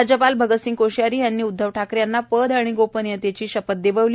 राज्यपाल भगतसिंग कोश्यारी यांनी उद्धव ठाकरे यांना पद आणि गोपनियतेची शपथ दिली